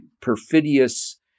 perfidious